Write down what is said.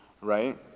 right